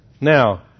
Now